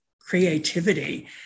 creativity